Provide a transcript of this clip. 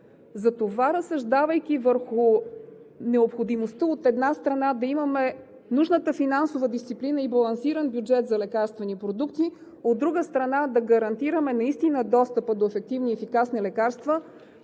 Затова, разсъждавайки върху необходимостта, от една страна, да имаме нужната финансова дисциплина и балансиран бюджет за лекарствени продукти, от друга страна, да гарантираме наистина достъп до ефективни и ефикасни лекарства,